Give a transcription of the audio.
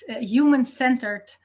human-centered